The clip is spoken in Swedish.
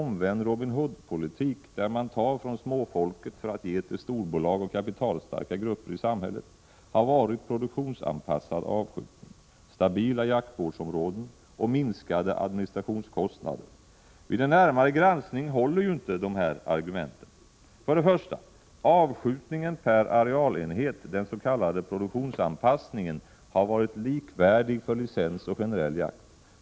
1986/87:113 omvänd Robin Hood-politik, där man tar från småfolket för att ge till 29 april 1987 storbolagen och kapitalstarka grupper i samhället, har varit produktionsanpassad avskjutning, stabila jaktvårdsområden och minskade administrationskostnader. Vid en närmare granskning håller inte dessa argument. För det första: Avskjutningen per arealenhet, den s.k. produktionsanpassningen, har varit likvärdig för licensjakt och generell jakt.